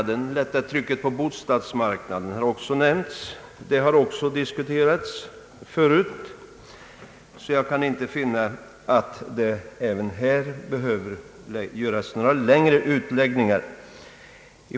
Frågan om att lätta trycket på bostadsmarknaden har också diskuterats förut. Jag kan sålunda inte finna att det här heller behöver göras några längre utläggningar.